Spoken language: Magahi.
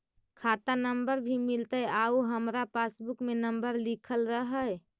खाता नंबर भी मिलतै आउ हमरा पासबुक में नंबर लिखल रह है?